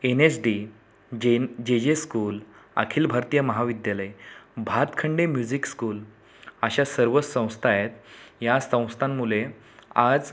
N S D जेन J J school अखिल भारतीय महाविद्यालय भातखंडे म्युझिक स्कूल अशा सर्व संस्था आहेत या संस्थांमुळे आज